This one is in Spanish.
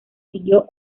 siguió